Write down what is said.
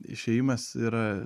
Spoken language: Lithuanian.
išėjimas yra